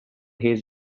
his